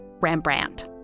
Rembrandt